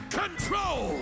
control